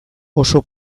oso